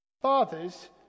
Fathers